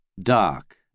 dark